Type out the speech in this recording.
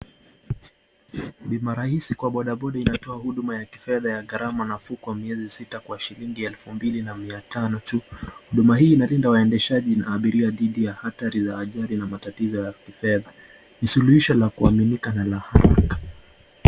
Bima rahisi kwa bodaboda inatoa bima nafuu kwa miezi sita kwa shilingi elfu mbili na mia tano tu. Huduma hii inalinda waendeshaji na abiria dhidi ya ajali na matatizo ya kifedha, ni suluhisho la hamaki.